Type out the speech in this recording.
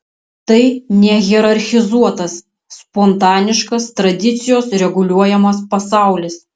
tai nehierarchizuotas spontaniškas tradicijos reguliuojamas pasaulis